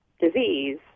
disease